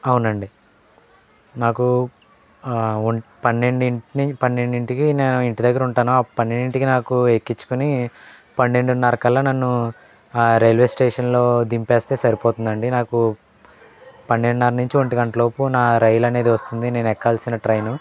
అవునండి నాకు ఓ పన్నెండింటి నుంచి పన్నెండింటికి నేను ఇంటి దగ్గర ఉంటాను పన్నెండింటికి నాకు ఎక్కించుకుని పన్నెండున్నర కల్లా నన్ను రైల్వే స్టేషన్లో దింపేస్తే సరిపోతుంది అండి నాకు పన్నెండున్నర నుంచి ఒంటిగంట లోపు నా రైలు అనేది వస్తుంది నేను ఎక్కాల్సిన ట్రైను